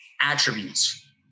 attributes